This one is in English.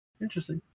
interesting